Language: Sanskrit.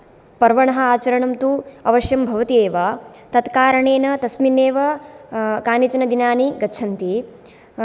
पर्वणः आचरणं तु अवश्यं भवति एव तत्कारणेन तस्मिन्नेव कानिचन दिनानि गच्छन्ति